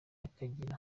akagira